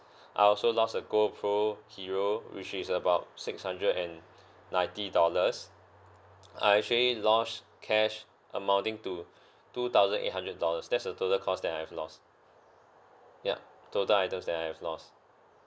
I also lost a gopro hero which is about six hundred and ninety dollars I actually lost cash amounting to two thousand eight hundred dollars that's the total cost that I have lost yup total items that I have lost